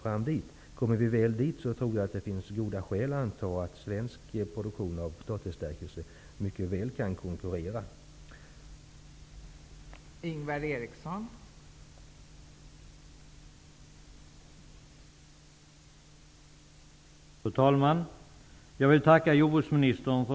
Jag tror att det finns goda skäl att anta att svensk produktion av potatisstärkelse mycket väl kan konkurrera, om vi kommer dit.